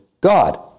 God